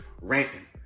ranting